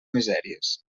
misèries